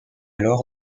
alors